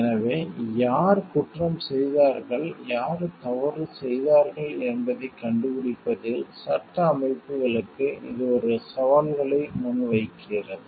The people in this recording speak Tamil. எனவே யார் குற்றம் செய்தார்கள் யார் தவறு செய்தார்கள் என்பதைக் கண்டுபிடிப்பதில் சட்ட அமைப்புகளுக்கு இது புதிய சவால்களை முன்வைக்கிறது